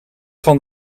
van